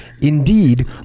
indeed